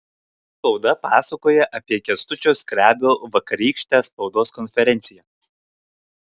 spauda pasakoja apie kęstučio skrebio vakarykštę spaudos konferenciją